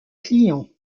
clients